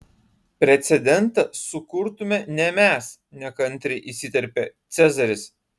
precedentą sukurtume ne mes nekantriai įsiterpė cezaris